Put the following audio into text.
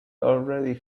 already